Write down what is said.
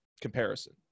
comparison